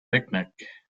picnic